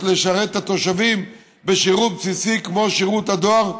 לשרת את התושבים בשירות בסיסי כמו שירות הדואר,